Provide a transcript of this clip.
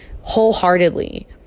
wholeheartedly